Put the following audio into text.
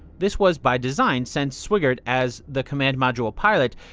this was by design, since swigert, as the command module pilot,